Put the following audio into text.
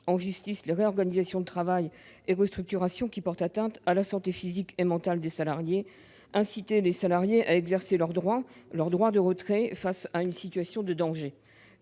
en justice les réorganisations du travail et les restructurations qui portent atteinte à la santé physique et mentale des salariés, il peut inciter les salariés à exercer leur droit de retrait face à une situation de danger,